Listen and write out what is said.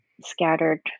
scattered